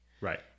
Right